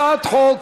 הצעת חוק